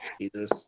Jesus